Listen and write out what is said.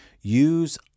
use